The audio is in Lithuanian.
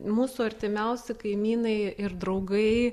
mūsų artimiausi kaimynai ir draugai